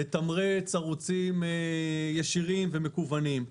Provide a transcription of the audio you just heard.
לתמרץ ערוצים ישירים ומקוונים.